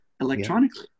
electronically